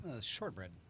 Shortbread